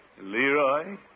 Leroy